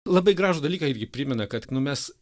labai gražų dalyką irgi primena kad nu mes